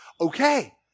Okay